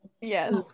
Yes